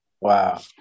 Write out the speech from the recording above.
Wow